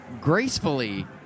gracefully